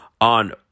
on